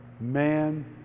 Man